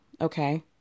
Okay